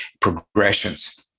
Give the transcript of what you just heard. progressions